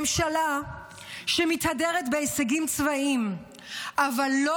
ממשלה שמתהדרת בהישגים צבאיים אבל לא